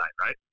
right